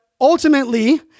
ultimately